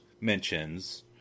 mentions